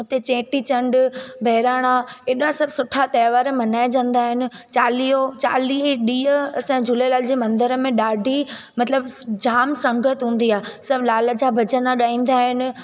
हुते चेटीचंड बहिराणा हेॾा सभु सुठा त्योहार मल्हाएजंदा आहिनि चालीहो चालीह ॾींहं असां झूलेलाल जे मंदर में ॾाढी मतलबु जाम संगत हूंदी आहे सभु लाल जा भॼन गाईंदा आहिनि